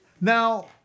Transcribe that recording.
Now